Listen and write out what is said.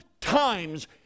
times